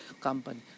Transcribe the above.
company